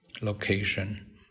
location